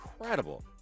incredible